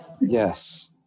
Yes